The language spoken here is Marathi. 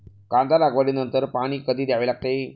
कांदा लागवडी नंतर पाणी कधी द्यावे लागते?